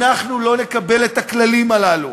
אנחנו לא נקבל את הכללים הללו.